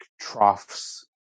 troughs